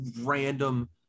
random